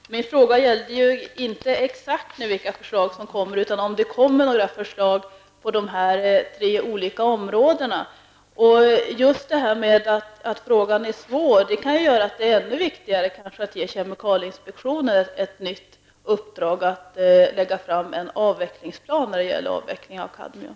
Herr talman! Min fråga gällde inte exakt vilka förslag som kommer, utan om det kommer några förslag på dessa tre områden. Just det faktum att frågan är svår kan kanske göra det ännu viktigare att regeringen ger kemikalieinspektionen ett nytt uppdrag att lägga fram en avvecklingsplan när det gäller användning av kadmium.